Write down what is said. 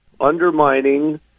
undermining